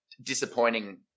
disappointing